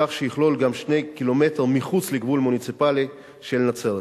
כך שיכלול גם 2 קילומטר מחוץ לגבול המוניציפלי של נצרת.